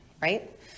Right